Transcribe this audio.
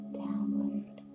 downward